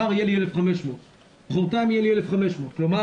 מחר יהיו לי 1,500. מחרתיים יהיו לי 1,500. כלומר